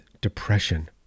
depression